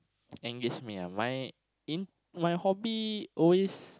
engage me ah my eh my hobby always